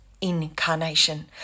incarnation